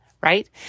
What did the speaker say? right